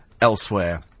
elsewhere